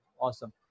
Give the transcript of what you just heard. Awesome